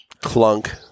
Clunk